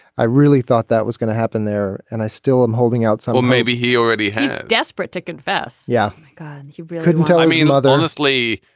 i really thought that was gonna happen there and i still am holding out so maybe he already has a desperate to confess yeah. god you couldn't tell i mean mother honestly.